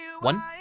One